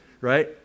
right